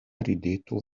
rideto